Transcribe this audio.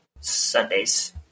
Sunday's